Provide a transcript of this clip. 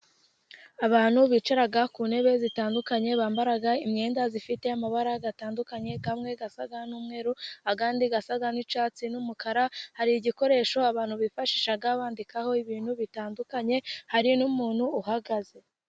Abantu bicara ku ntebe zitandukanye, bambara imyenda zifite amabara atandukanye, amwe asa n'umweru andi asa n'icyats, n'umukara. Hari igikoresho abantu bifashisha bandikaho ibintu bitandukanye, hari n'umuntu uhagaze.